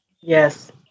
Yes